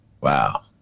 wow